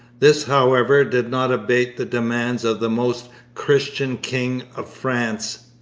this, however, did not abate the demands of the most christian king of france.